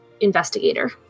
investigator